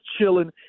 chilling